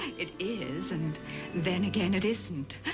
it is, and then again, it isn't.